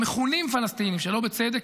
המכונים פלסטינים שלא בצדק,